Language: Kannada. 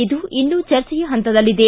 ಇದು ಇನ್ನು ಚರ್ಚೆಯ ಹಂತದಲ್ಲಿದೆ